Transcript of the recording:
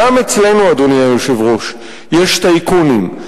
גם אצלנו, אדוני היושב-ראש, יש טייקונים.